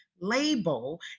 label